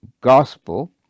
Gospel